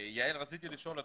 יעל, רציתי לשאול אותך.